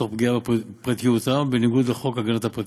תוך פגיעה בפרטיותם ובניגוד לחוק הגנת הפרטיות.